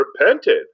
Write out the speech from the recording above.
repented